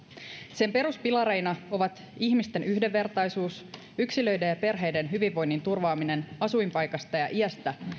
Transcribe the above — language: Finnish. sen peruspilareina ovat ihmisten yhdenvertaisuus yksilöiden ja perheiden hyvinvoinnin turvaaminen asuinpaikasta ja iästä